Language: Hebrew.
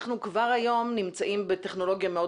אנחנו כבר היום נמצאים בטכנולוגיה מאוד